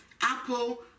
Apple